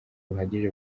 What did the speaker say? buhagije